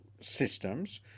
systems